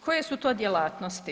Koje su to djelatnosti?